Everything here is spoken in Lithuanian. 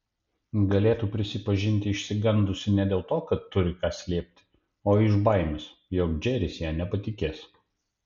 galėtų prisipažinti išsigandusi ne dėl to kad turi ką slėpti o iš baimės jog džeris ja nepatikės